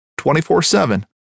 24-7